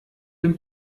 dem